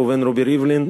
ראובן ריבלין,